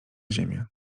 ziemię